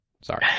Sorry